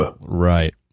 Right